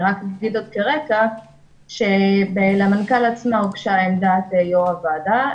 אני רק אגיד כרקע שלמנכ"ל עצמו הוגשה עמדת יושב ראש הוועדה,